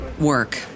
work